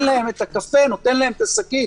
ונותן להם את הקפה, נותן להם את השקית.